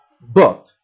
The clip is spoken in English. book